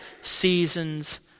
seasons